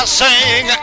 sing